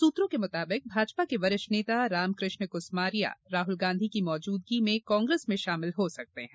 सूत्रों के मुताबिक भाजपा के वरिष्ठ नेता रामकृष्ण कुसमरिया राहुल गांधी की मौजूदगी में कांग्रेस में शामिल हो सकते हैं